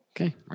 Okay